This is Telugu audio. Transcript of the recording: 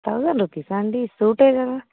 థౌజండ్ రూపీసా అండి సూటే కదా